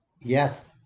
yes